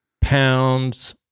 pounds